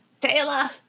Taylor